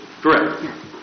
Correct